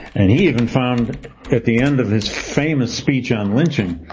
and he even found at the end of his famous speech on lynching,